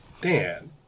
Dan